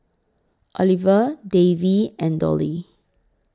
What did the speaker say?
Oliva Davey and Dollye